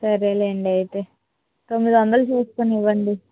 సరేలేండి అయితే తొమ్మిది వందలు చేసుకొని ఇవ్వండి